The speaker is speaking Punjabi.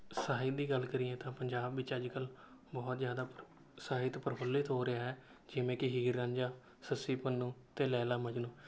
ਸਾਹਿਤ ਦੀ ਗੱਲ ਕਰੀਏ ਤਾਂ ਪੰਜਾਬ ਵਿੱਚ ਅੱਜ ਕੱਲ੍ਹ ਬਹੁਤ ਜ਼ਿਆਦਾ ਸਾਹਿਤ ਪ੍ਰਫੁੱਲਿਤ ਹੋ ਰਿਹਾ ਹੈ ਜਿਵੇਂ ਕਿ ਹੀਰ ਰਾਂਝਾ ਸੱਸੀ ਪੰਨੂੰ ਅਤੇ ਲੈਲਾ ਮਜਨੂੰ